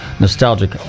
Nostalgic